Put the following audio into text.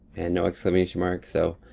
and no exclamation mark. so,